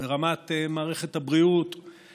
שמערכת המודיעין